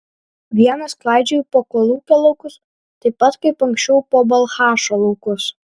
vienas klaidžioju po kolūkio laukus taip pat kaip anksčiau po balchašo laukus